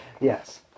Yes